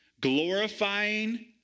glorifying